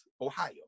Ohio